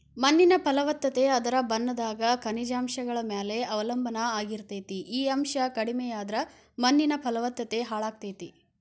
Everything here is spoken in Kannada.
ಮಣ್ಣಿನ ಫಲವತ್ತತೆ ಅದರ ಬಣ್ಣದಾಗ ಖನಿಜಾಂಶಗಳ ಮ್ಯಾಲೆ ಅವಲಂಬನಾ ಆಗಿರ್ತೇತಿ, ಈ ಅಂಶ ಕಡಿಮಿಯಾದ್ರ ಮಣ್ಣಿನ ಫಲವತ್ತತೆ ಹಾಳಾಗ್ತೇತಿ